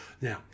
Now